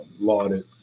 lauded